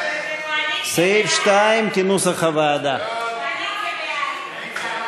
סעיף 2, כהצעת הוועדה, נתקבל.